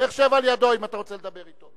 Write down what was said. לך שב על ידו אם אתה רוצה לדבר אתו.